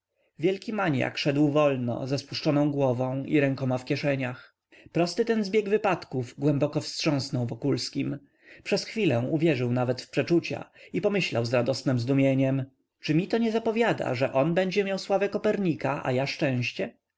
wielki maniak szedł wolno ze spuszczoną głową i rękoma w kieszeniach prosty ten zbieg wypadków głęboko wstrząsnął wokulskim przez chwilę uwierzył nawet w przeczucia i pomyślał z radosnem zdumieniem czy mi to nie zapowiada że on będzie miał sławę kopernika a ja szczęście